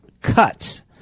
cuts